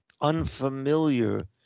unfamiliar